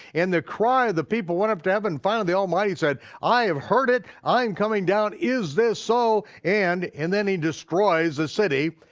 and the cry of the people went up to heaven, finally the almighty said i have heard it, i'm coming down, is this so, and and then he destroys the city,